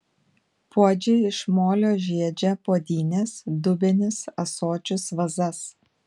puodžiai iš molio žiedžia puodynes dubenis ąsočius vazas